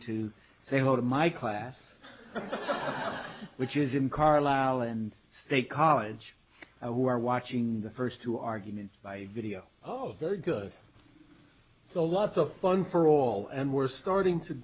to say hello to my class which is in carlisle and state college i were watching the first two arguments by video oh very good so lots of fun for all and we're starting to